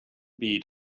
byd